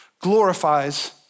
glorifies